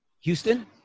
Houston